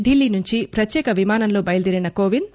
ఢిల్లీ నుంచి ప్రత్యేక విమానంలో బయల్లేరిన కోవింద్